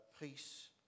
peace